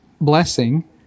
blessing